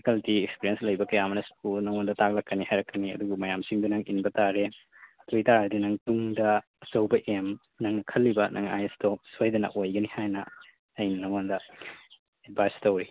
faculty experience ꯂꯩꯕ ꯀꯌꯥ ꯑꯃꯅꯁꯨ ꯅꯪꯉꯣꯟꯗ ꯇꯥꯛꯂꯛꯀꯅꯤ ꯍꯥꯏꯔꯛꯀꯅꯤ ꯑꯗꯨꯕꯨ ꯃꯌꯥꯝꯁꯤꯡꯗꯨ ꯅꯪ ꯏꯟꯕ ꯇꯥꯔꯦ ꯑꯗꯨ ꯑꯣꯏꯕ ꯇꯥꯔꯗꯤ ꯅꯪ ꯇꯨꯡꯗ ꯑꯆꯧꯕ ꯑꯦꯝ ꯅꯪꯅ ꯈꯟꯂꯤꯕ ꯅꯪ ꯑꯥꯏ ꯑꯦꯁꯇꯣ ꯁꯣꯏꯗꯅ ꯑꯣꯏꯒꯅꯤ ꯍꯥꯏꯅ ꯑꯩꯅ ꯅꯪꯉꯣꯟꯗ ꯑꯦꯗꯚꯥꯏꯁ ꯇꯧꯏ